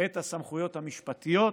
את הסמכויות המשפטיות,